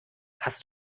hast